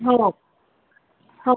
हो हो